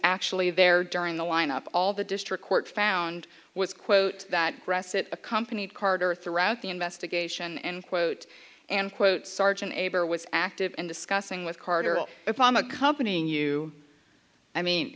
actually there during the lineup all the district court found was quote that accompanied carter throughout the investigation and quote and quote sergeant aber was active and discussing with carter upon accompanying you i mean